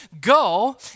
go